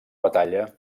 batalla